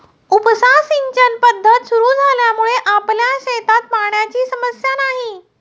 उपसा सिंचन पद्धत सुरु झाल्यामुळे आपल्या शेतात पाण्याची समस्या नाही